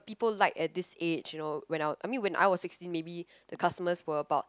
people like at this age you know when I I mean when I was sixteen maybe the customer for about